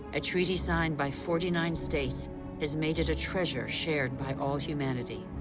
a treaty signed by forty nine states has made it a treasure shared by all humanity.